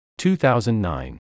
2009